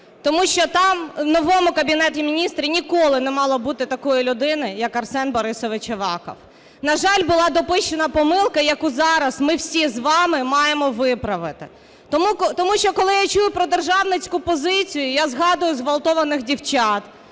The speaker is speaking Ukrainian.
тому що там, в новому Кабінеті Міністрів, ніколи не мало бути такої людини, як Арсен Борисович Аваков. На жаль, була допущена помилка, яку зараз ми всі з вами маємо виправити. Тому що, коли я чую про державницьку позицію, я згадую зґвалтованих дівчат,